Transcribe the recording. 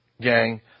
gang